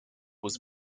was